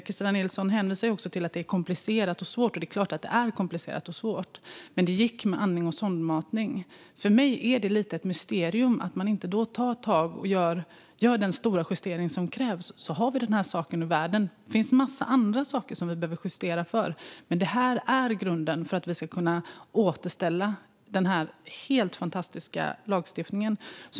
Kristina Nilsson hänvisar också till att detta är komplicerat och svårt, och det är klart att det är komplicerat och svårt. Men det gick med andning och sondmatning. För mig är det lite av ett mysterium att man då inte tar tag i detta och gör den stora justering som krävs. Då får vi denna sak ur världen. Det finns en massa andra saker som vi behöver justera. Men detta är grunden för att vi ska kunna återställa denna helt fantastiska lagstiftning.